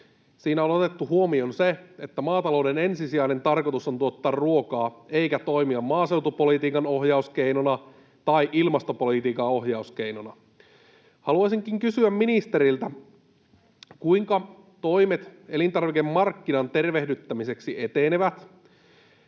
Siinä on otettu huomioon se, että maatalouden ensisijainen tarkoitus on tuottaa ruokaa eikä toimia maaseutupolitiikan ohjauskeinona tai ilmastopolitiikan ohjauskeinona. Haluaisinkin kysyä ministeriltä: Kuinka toimet elintarvikemarkkinan tervehdyttämiseksi etenevät?